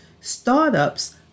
Startups